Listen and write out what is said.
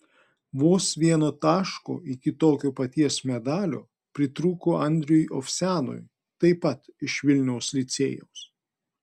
vos vieno taško iki tokio paties medalio pritrūko andriui ovsianui taip pat iš vilniaus licėjaus